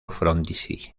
frondizi